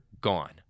gone